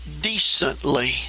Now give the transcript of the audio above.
decently